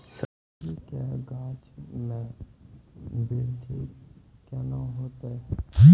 सब्जी के गाछ मे बृद्धि कैना होतै?